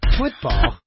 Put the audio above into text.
Football